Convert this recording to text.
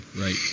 Right